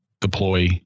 deploy